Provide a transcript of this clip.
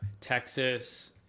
Texas